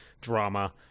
drama